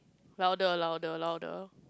louder louder louder